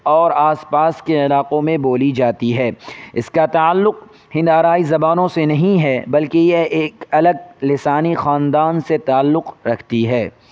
اور آس پاس کے علاقوں میں بولی جاتی ہے اس کا تعلق ہند آرائی زبانوں سے نہیں ہے بلکہ یہ ایک الگ لسانی خاندان سے تعلق رکھتی ہے